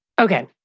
Okay